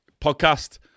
podcast